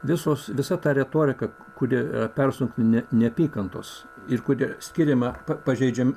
visos visa ta retorika kuri persunkta ne neapykantos ir kuri skiriama pažeidžiam